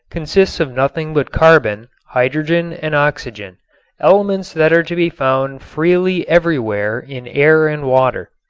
consist of nothing but carbon, hydrogen and oxygen elements that are to be found freely everywhere in air and water.